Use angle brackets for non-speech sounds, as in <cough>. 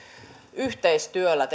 yhteistyöllä <unintelligible>